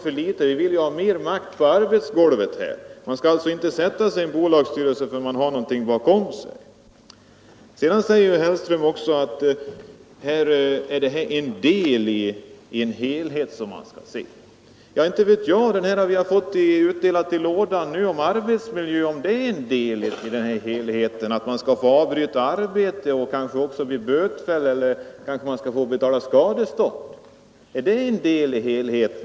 Vi vill att folket på verkstadsgolvet skall ha en större makt. Herr Hellström säger vidare att man skall se detta förslag som en del av en helhet. Vi har just blivit tilldelade en skrift om arbetsmiljön. Är det en del av helheten att man skall kunna bli bötfälld eller få betala skadestånd därför att man avbryter arbetet?